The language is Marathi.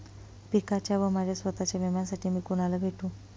पिकाच्या व माझ्या स्वत:च्या विम्यासाठी मी कुणाला भेटू?